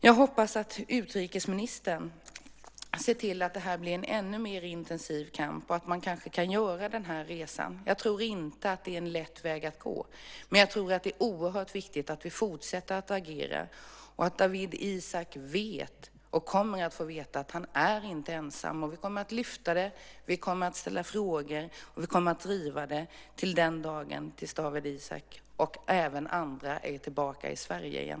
Jag hoppas att utrikesministern ser till att denna kamp blir ännu mer intensiv och att man kanske kan göra resan. Det är ingen lätt väg att gå, men jag tror att det är oerhört viktigt att vi fortsätter att agera så att Dawit Isaak vet, och han kommer att få veta, att han inte är ensam. Vi kommer att lyfta fram problemet, ställa frågor och driva detta till den dag Dawit Isaak, och även andra, är tillbaka i Sverige igen.